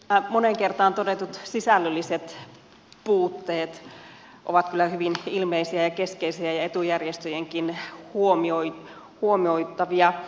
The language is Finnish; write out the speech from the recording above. täällä moneen kertaan todetut sisällölliset puutteet ovat kyllä hyvin ilmeisiä ja keskeisiä ja etujärjestöjenkin huomioitavia